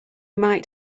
might